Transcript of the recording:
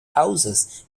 houses